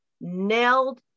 nailed